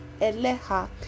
eleha